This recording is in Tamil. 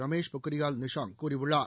ரமேஷ் பொக்ரியால் நிஷாங் கூறியுள்ளார்